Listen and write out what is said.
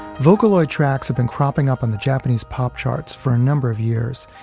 vocaloid tracks have been cropping up on the japanese pop charts for a number of years,